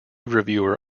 reviewer